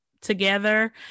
together